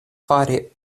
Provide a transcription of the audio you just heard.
fari